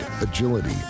agility